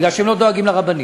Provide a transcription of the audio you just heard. בגלל שהם לא דואגים לרבנים.